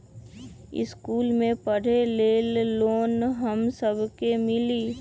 इश्कुल मे पढे ले लोन हम सब के मिली?